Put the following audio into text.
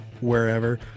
wherever